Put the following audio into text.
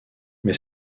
mais